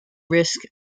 risk